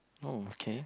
oh okay